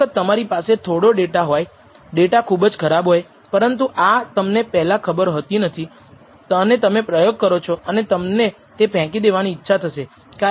ખૂબ જ સરળ ŷi રેખીય મોડેલનો ઉપયોગ કરીને અંદાજવામાં આવ્યો હતો